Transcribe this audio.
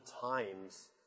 times